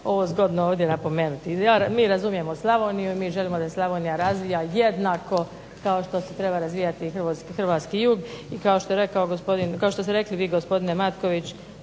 ovo zgodno ovdje napomenuti. Mi razumijemo Slavoniju i mi želimo da se Slavonija razvija jednako kao što se treba razvijati i hrvatski jug i kao što ste rekli vi gospodine Matković